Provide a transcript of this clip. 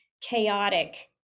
chaotic